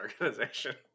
organization